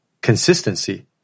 Consistency